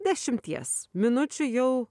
dešimties minučių jau